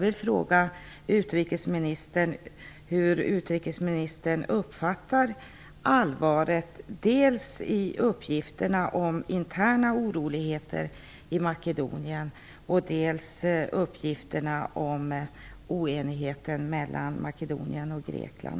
Makedonien, dels i uppgifterna om oenigheten mellan Makedonien och Grekland.